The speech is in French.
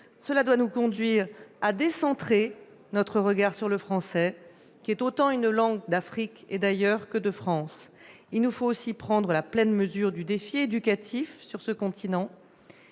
Cela doit nous conduire à décentrer notre regard sur le français, qui est autant une langue d'Afrique et d'ailleurs que de France. Il nous faut aussi prendre la pleine mesure du défi éducatif sur le continent